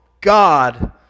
God